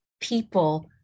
people